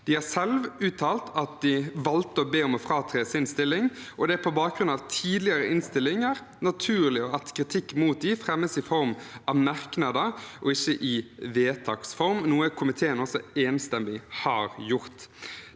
De har selv uttalt at de valgte å be om å fratre sin stilling, og det er på bakgrunn av tidligere innstillinger naturlig at kritikk mot dem fremmes i form av merknader og ikke i vedtaksform, noe komiteen enstemmig har gjort.